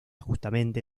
justamente